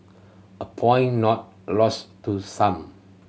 a point not lost to some